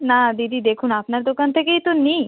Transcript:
না দিদি দেখুন আপনার দোকান থেকেই তো নিই